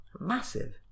Massive